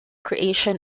creation